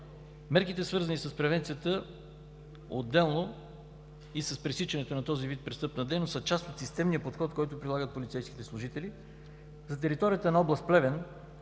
Мерките, свързани с превенцията, отделно и с пресичането на този вид престъпна дейност, са част от системния подход, който прилагат полицейските служители. За територията на област Плевен